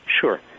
Sure